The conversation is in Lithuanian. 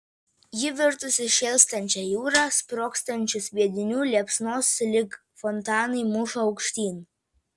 ji virtusi šėlstančia jūra sprogstančių sviedinių liepsnos lyg fontanai muša aukštyn